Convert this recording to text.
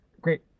Great